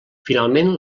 finalment